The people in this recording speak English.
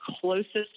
closest